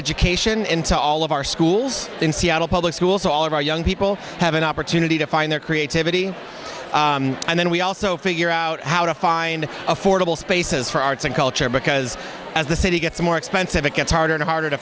education into all of our schools in seattle public schools all of our young people have an opportunity to find their creativity and then we also figure out how to find affordable spaces for arts and culture because as the city gets more expensive it gets harder and harder to